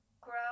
grow